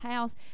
house